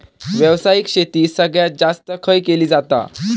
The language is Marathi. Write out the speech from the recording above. व्यावसायिक शेती सगळ्यात जास्त खय केली जाता?